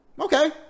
Okay